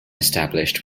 established